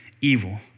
evil